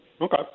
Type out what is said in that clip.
Okay